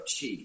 chi